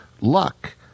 luck